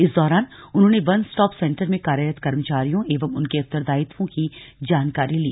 इस दौरान उन्होंने वन स्टॉप सेन्टर में कार्यरत कर्मचारियों एवं उनके उत्तरदायित्वों की जानकारी ली